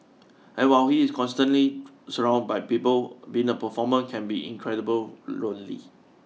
and while he is constantly surround by people being a performer can be incredible lonely